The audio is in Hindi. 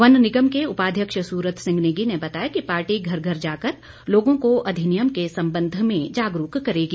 वन निगम के उपाध्यक्ष सूरत सिंह नेगी ने बताया कि पार्टी घर घर जाकर लोगों को अधिनियम के संबंध में जागरूक करेगी